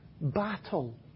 battle